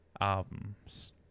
albums